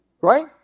right